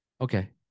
okay